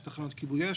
יש תחנות כיבוי אש,